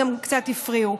היא קצת הפריעה.